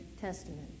Testament